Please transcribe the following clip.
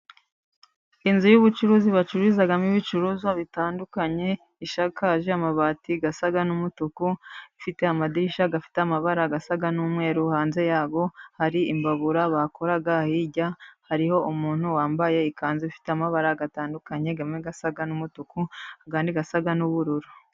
Inzu y'ubucuruzi bacururizagamo ibicuruzwa bitandukanye, ishakaje amabati i asa n'umutuku, ifite amadirishya afite amabara asa n'umweru, hanze yaho hari imbabura bakora, hijya hariho umuntu wambaye ikanzu ifite amabara atandukanye, amwe asa n'umutuku, ayandi asa n'ubururu.